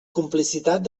complicitat